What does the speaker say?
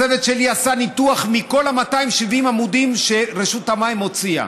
הצוות שלי עשה ניתוח של כל 270 העמודים שרשות המים הוציאה.